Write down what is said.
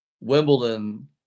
Wimbledon